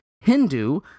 Hindu